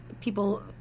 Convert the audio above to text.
people